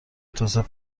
توسعه